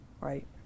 right